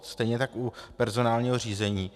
Stejně tak u personálního řízení.